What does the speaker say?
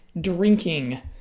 drinking